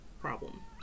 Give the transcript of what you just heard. problem